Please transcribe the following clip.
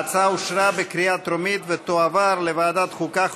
ההצעה אושרה בקריאה טרומית ותועבר לוועדת החוקה,